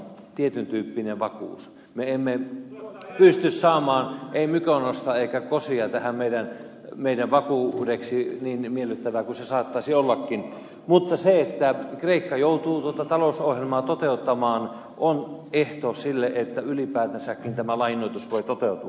me emme pysty saamaan mykonosta emmekä kosia tähän meidän vakuudeksemme niin miellyttävää kuin se saattaisi ollakin mutta se että kreikka joutuu tuota talousohjelmaa toteuttamaan on ehto sille että ylipäätänsäkin tämä lainoitus voi toteutua